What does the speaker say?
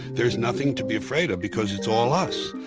there's nothing to be afraid of because it's all us.